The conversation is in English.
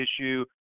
issue